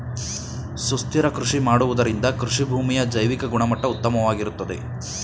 ಸುಸ್ಥಿರ ಕೃಷಿ ಮಾಡುವುದರಿಂದ ಕೃಷಿಭೂಮಿಯ ಜೈವಿಕ ಗುಣಮಟ್ಟ ಉತ್ತಮವಾಗಿರುತ್ತದೆ